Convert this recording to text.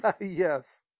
Yes